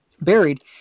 buried